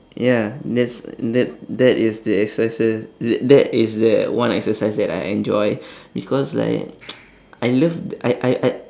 ya that's that that is the exercise th~ that is that one exercise that I enjoy because like I love I I I